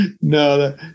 no